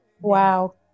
Wow